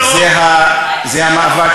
זה טרור או לא טרור?